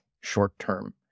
short-term